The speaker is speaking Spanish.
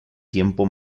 tiempo